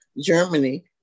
Germany